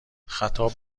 خطاب